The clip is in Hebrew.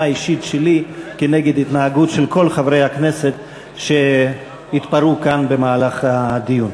אישית שלי כנגד התנהגות של כל חברי הכנסת שהתפרעו כאן במהלך הדיון.